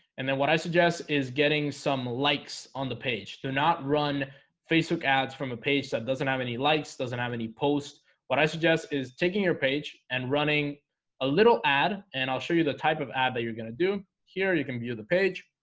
and then what i suggest is getting some likes on the page. do not run facebook ads from a page that doesn't have any lights doesn't have any post what i suggest is taking your page and running a little ad and i'll show you the type of ad that you're gonna do here you can view the page.